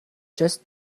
just